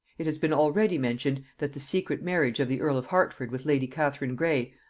it has been already mentioned, that the secret marriage of the earl of hertford with lady catherine gray,